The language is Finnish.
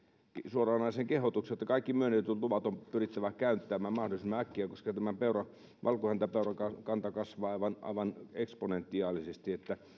suoranaisen kehotuksen että kaikki myönnetyt luvat on pyrittävä käyttämään mahdollisimman äkkiä koska tämä valkohäntäpeurakanta kasvaa aivan aivan eksponentiaalisesti